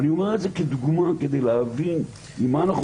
אני אומר את זה כדוגמה כדי להבין עם מה אנחנו